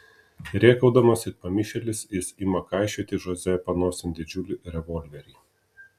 rėkaudamas it pamišėlis jis ima kaišioti žoze panosėn didžiulį revolverį